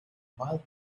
mild